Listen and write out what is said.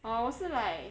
oh 我是 like